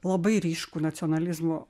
labai ryškų nacionalizmo